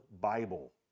Bible